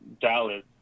Dallas